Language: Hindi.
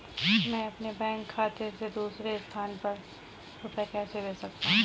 मैं अपने बैंक खाते से दूसरे स्थान पर रुपए कैसे भेज सकता हूँ?